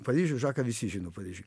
paryžių žaką visi žino paryžiuj